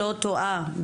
לא יודעת לענות לך.